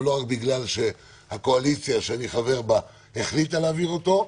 ולא רק בגלל שהקואליציה שאני חבר בה החליטה להעביר אותו,